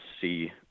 see